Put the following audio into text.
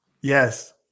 Yes